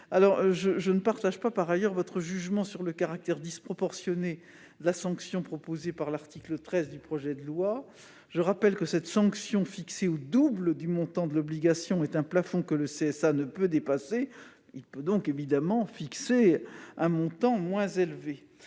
je ne partage pas votre jugement sur le caractère disproportionné de la sanction proposée à l'article 13 du projet de loi. Je le rappelle, cette sanction, fixée au double du montant de l'obligation, est un plafond que le CSA ne peut dépasser ; il peut donc évidemment fixer un montant moins élevé.